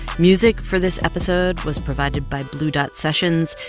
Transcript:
music for this episode was provided by blue dot sessions.